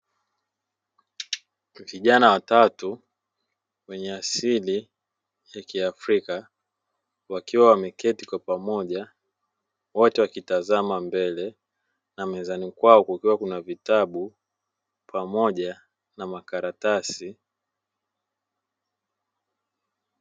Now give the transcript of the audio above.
Vijana watatu wenye asili ya kiafrika wakiwa wameketi kwa pamoja, wote wakitazama mbele na mezani kwao kukiwa na vitabu pamoja na makaratasi.